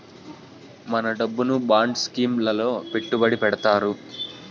మన డబ్బును bond scheme లలో పెట్టుబడి పెడతారు